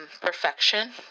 Perfection